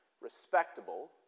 respectable